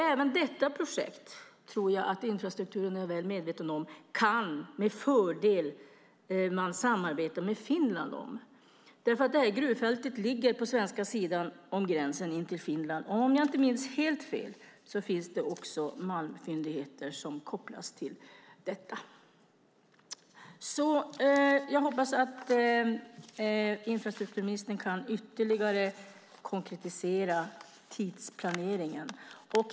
Även i detta projekt - det tror jag att infrastrukturministern är väl medveten om - kan man med fördel samarbeta med Finland. Det här gruvfältet ligger på svenska sidan om gränsen till Finland, men om jag inte minns helt fel finns det också malmfyndigheter som kopplas till detta. Jag hoppas att infrastrukturministern kan konkretisera tidsplanen ytterligare.